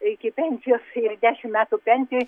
iki pensijos ir dešim metų pensijoj